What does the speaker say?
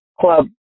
club